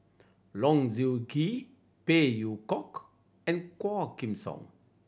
Low Siew Nghee Phey Yew Kok and Quah Kim Song